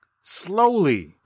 Slowly